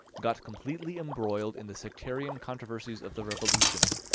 got completely embroiled in the sectarian controversies of the revolution,